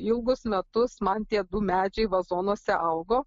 ilgus metus man tie du medžiai vazonuose augo